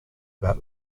about